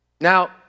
Now